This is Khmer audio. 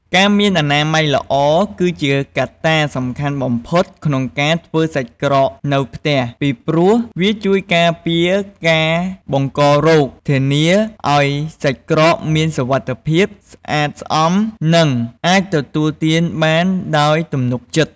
ការមានអនាម័យល្អ គឺជាកត្តាសំខាន់បំផុតក្នុងការធ្វើសាច់ក្រកនៅផ្ទះ ពីព្រោះវាជួយការពារការបង្ករោគ ធានាឱ្យសាច់ក្រកមានសុវត្ថិភាព ស្អាតស្អំ និងអាចទទួលទានបានដោយទំនុកចិត្ត។